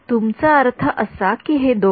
तुमचा अर्थ असा की हे दोघे